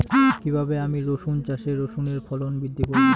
কীভাবে আমি রসুন চাষে রসুনের ফলন বৃদ্ধি করব?